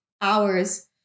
hours